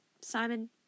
Simon